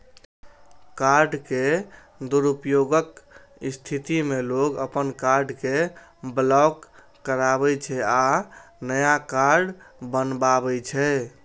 card के दुरुपयोगक स्थिति मे लोग अपन कार्ड कें ब्लॉक कराबै छै आ नया कार्ड बनबावै छै